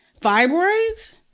Fibroids